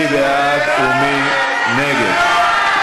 מי בעד ומי נגד?